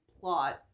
plot